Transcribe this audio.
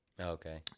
Okay